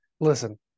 Listen